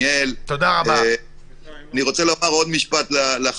אני רוצה להודות לשר המשפטים,